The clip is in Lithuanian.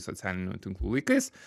socialinių tinklų laikais